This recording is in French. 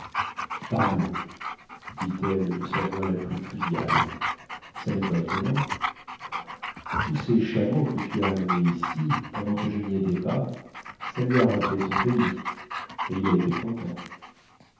parbleu dit-elle de sa voix la plus triviale ça nest pas étonnant tous ces chameaux que tu as amenés ici pendant que je ny étais pas ça lui a rappelé son pays et il a été content